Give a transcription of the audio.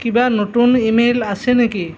কিবা নতুন ইমেইল আছে নেকি